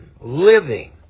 living